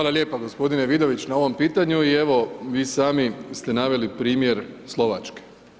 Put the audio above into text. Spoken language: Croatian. Hvala lijepa g. Vidović na ovom pitanju i evo, vi sami ste naveli primjer Slovačke.